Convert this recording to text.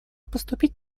поступить